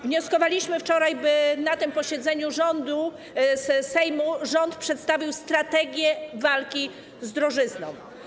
Wnioskowaliśmy wczoraj, żeby na tym posiedzeniu Sejmu rząd przedstawił strategię walki z drożyzną.